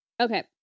Okay